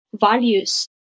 values